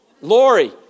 Lori